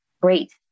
great